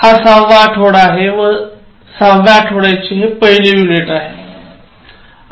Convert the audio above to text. हा सहावा आठवडा आहे व सहाव्या आठवड्याचे पहिले युनिट व हा पाठ क्रमांक 26 आहे